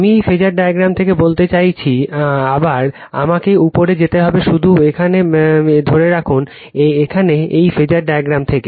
আমি এই phasor diagram থেকে বলতে চাচ্ছি আবার আমাকে উপরে যেতে হবে শুধু এখানে ধরে রাখুন এখানে এই ফেজার ডায়াগ্রাম থেকে